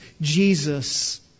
Jesus